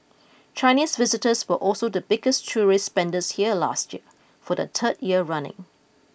Chinese visitors were also the biggest tourist spenders here last year for the third year running